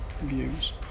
views